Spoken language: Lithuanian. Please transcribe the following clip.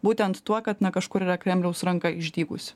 būtent tuo kad na kažkur yra kremliaus ranka išdygusi